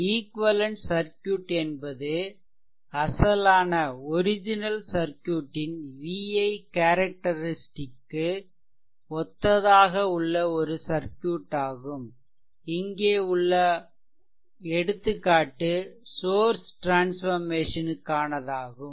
equivalent circuit என்பது அசலான சர்க்யூட்டின் v i கேரெக்டெரிஸ்டிக் க்கு ஒத்ததாக உள்ள ஒரு சர்க்யூட் ஆகும் இங்கே உள்ள எடுத்துக்காட்டு சோர்ஸ் ட்ரான்ஸ்ஃபெர்மேசன் க்கானதாகும்